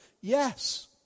Yes